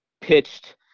pitched